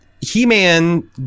he-man